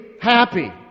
happy